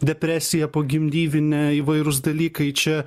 depresija pogimdyvinė įvairūs dalykai čia